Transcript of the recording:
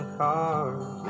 cars